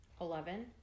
Eleven